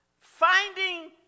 finding